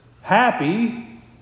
happy